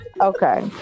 Okay